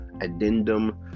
addendum